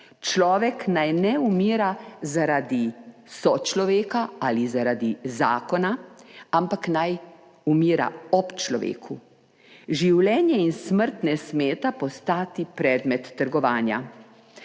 Človek naj ne umira zaradi sočloveka ali zaradi zakona, ampak naj umira ob človeku. Življenje in smrt ne smeta postati predmet trgovanja.